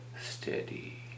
steady